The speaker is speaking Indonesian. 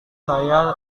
saya